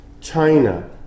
China